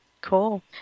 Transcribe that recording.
Cool